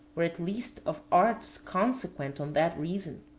or, at least, of arts consequent on that reason.